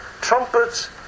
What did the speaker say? trumpets